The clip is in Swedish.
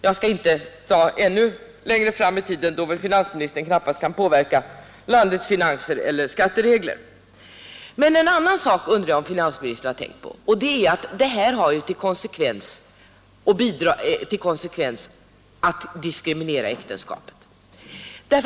Jag skall inte ta exempel som ligger ännu längre fram i tiden, då väl herr Sträng knappast kan påverka landets finanser eller skatteregler. Men jag undrar om finansministern har tänkt på en annan sak, nämligen att detta har till konsekvens att äktenskapet diskrimineras.